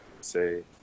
say